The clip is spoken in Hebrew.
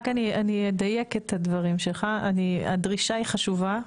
אני רק אדייק את הדברים שלך: הדרישה חשובה,